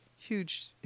huge